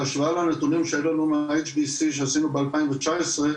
בהשוואה לנתונים שהיו לנו מה- HDC שעשינו ב-2019,